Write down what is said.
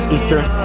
Eastern